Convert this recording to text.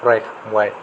फरायखांबाय